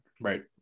Right